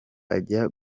ajya